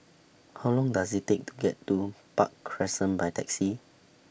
How Long Does IT Take to get to Park Crescent By Taxi